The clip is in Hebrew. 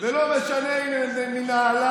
לא משנה אם הם מנהלל